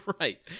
Right